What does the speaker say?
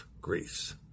Greece